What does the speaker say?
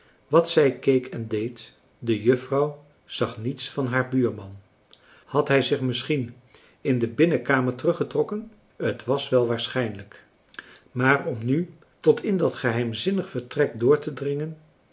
wat zij keek en deed de juffrouw zag niets van haar buurman had hij zich misschien in de binnenkamer teruggetrokken het was wel waarschijnlijk maar om nu tot in dat geheimzinnig vertrek door te dringen